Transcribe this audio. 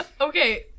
okay